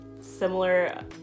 similar